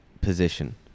position